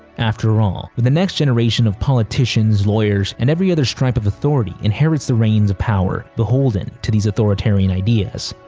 after all, when the next generation of politicians, lawyers, and every other stripe of authority inherits the reins of power beholden to these authoritarian ideas,